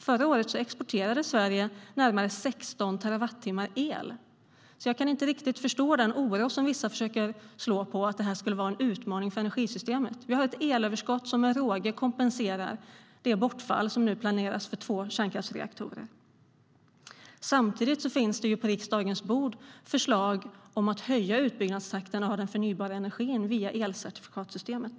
Förra året exporterade Sverige närmare 16 terawattimmar el. Jag kan därför inte riktigt förstå den oro som vissa försöker framhålla om att detta skulle vara en utmaning för energisystemet. Vi har ett elöverskott som med råge kompenserar det bortfall som nu planeras för två kärnkraftsreaktorer. Samtidigt finns det på riksdagens bord förslag om att höja utbyggnadstakten när det gäller den förnybara energin via elcertifikatssystemet.